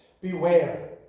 Beware